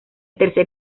tercer